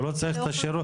הוא לא צריך את השירות.